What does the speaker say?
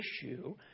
issue